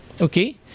okay